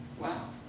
wow